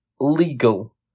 legal